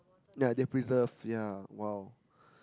ya they preserve ya !wow!